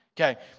Okay